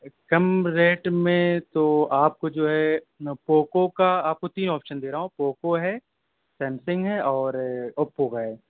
کم rate میں تو آپ کو جو ہے پوکو کا آپ کو تین آپشن دے رہا ہوں پوکو ہے سیمسنگ ہے اور اوپو کا ہے